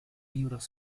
libros